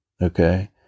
Okay